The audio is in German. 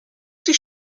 sie